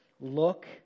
look